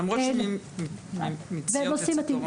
למרות שמציון תצא תורה.